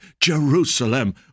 Jerusalem